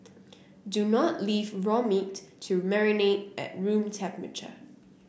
do not leave raw meat to marinate at room temperature